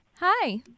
Hi